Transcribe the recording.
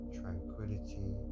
tranquility